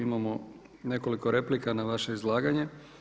Imamo nekoliko replika na vaše izlaganje.